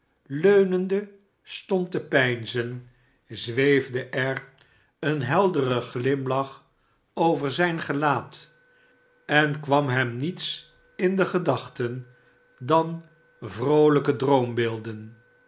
leunende stond te peinzen zweefde er een heldere barnaby rudge glimlach over zijn gelaat en kwam hem niets in de gedachten dan vroolijke droombeelden